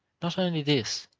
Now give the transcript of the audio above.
not only this,